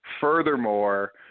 furthermore